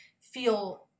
feel